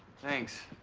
thanks.